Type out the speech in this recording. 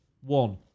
one